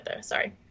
sorry